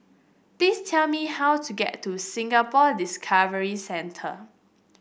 please tell me how to get to Singapore Discovery Centre